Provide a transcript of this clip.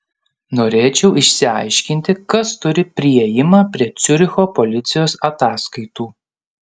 norėčiau išsiaiškinti kas turi priėjimą prie ciuricho policijos ataskaitų